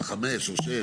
החמש או שש.